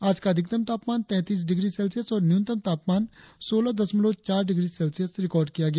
आज का अधिकतम तापमान तैतीस डिग्री सेल्सियस और न्यूनतम तापमान सौलह दशमलव चार डिग्री सेल्सियस रिकार्ड किया गया